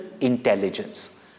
intelligence